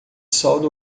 solda